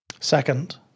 Second